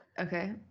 okay